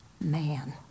man